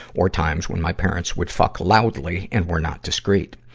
or times when my parents would fuck loudly and were not discreet.